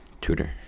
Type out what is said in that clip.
Tutor